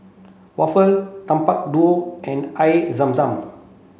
Waffle Tapak Kuda and Air Zam Zam